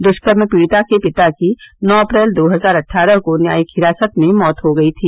दुष्कर्म पीड़िता के पिता की नौ अप्रैल दो हजार अट्ठारह को न्यायिक हिरासत में मौत हो गई थी